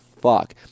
fuck